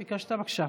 בבקשה.